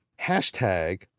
hashtag